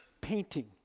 painting